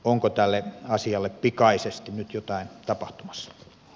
onko tälle asialle pikaisesti nyt jotain tapahtumassa